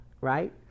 right